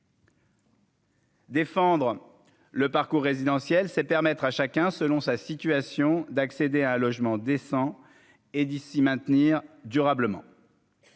Défendre le parcours résidentiel, c'est permettre à chacun, selon sa situation d'accéder à un logement décent et d'ici, maintenir durablement.